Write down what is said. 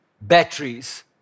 batteries